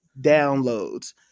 downloads